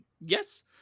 Yes